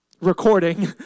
recording